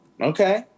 Okay